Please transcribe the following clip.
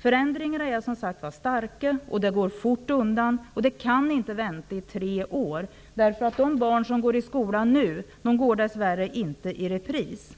Förändringarna är som sagt stora och det går fort undan. Man kan inte vänta i tre år. De barn som nu går i skolan, kan dess värre inte genomföra sin skolgång i repris.